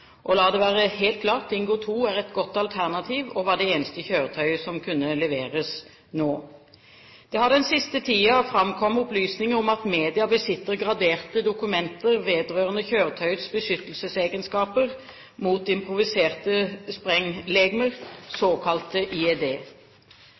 La det være helt klart: Dingo 2 er et godt alternativ og var det eneste kjøretøyet som kunne leveres nå. Det har den siste tiden framkommet opplysninger om at media besitter graderte dokumenter vedrørende kjøretøyets beskyttelsesegenskaper mot improviserte